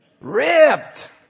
Ripped